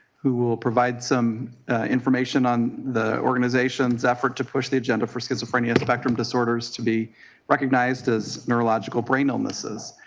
who will provide some information on the organization's effort to push the agenda for schizophrenia spectrum disorders to be recognized as neurological brain illnesses.